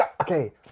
Okay